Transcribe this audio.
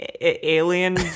alien